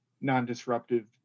non-disruptive